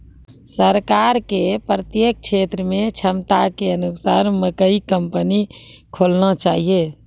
सरकार के प्रत्येक क्षेत्र मे क्षमता के अनुसार मकई कंपनी खोलना चाहिए?